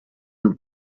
new